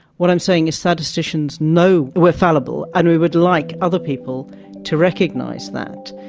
what i'm saying is statisticians know we are fallible and we would like other people to recognise that.